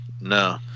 no